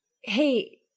hey